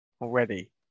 already